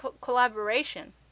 collaboration